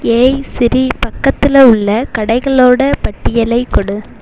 ஏய் ஸ்ரீரி பக்கத்தில் உள்ள கடைகளோட பட்டியலைக் கொடு